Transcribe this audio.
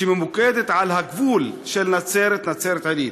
שנמצאת על גבול נצרת נצרת-עילית.